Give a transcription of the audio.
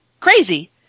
crazy